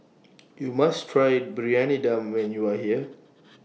YOU must Try Briyani Dum when YOU Are here